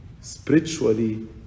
spiritually